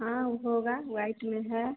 हाँ होगा वाइट में है